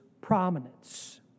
prominence